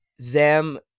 Zam